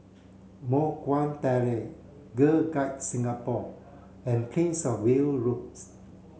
Moh Guan Terrace Girl Guides Singapore and Prince Of Wale Roads